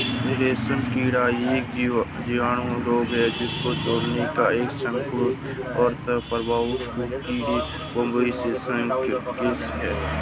रेशमकीट यह जीवाणु रोग से जुड़ा एक सिंड्रोम है और प्रभावित कीड़े बॉम्बे सेप्टिकस है